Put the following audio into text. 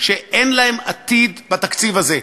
שאין להם עתיד בתקציב הזה.